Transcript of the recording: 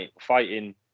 fighting